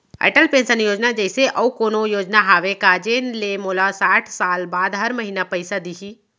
Atal pension योजना जइसे अऊ कोनो योजना हावे का जेन ले मोला साठ साल बाद हर महीना पइसा दिही?